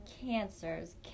Cancers